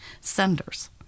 senders